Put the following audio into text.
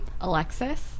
alexis